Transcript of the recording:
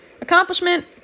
Accomplishment